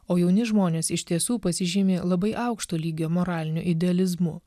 o jauni žmonės iš tiesų pasižymi labai aukšto lygio moraliniu idealizmu